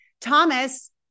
Thomas